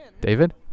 David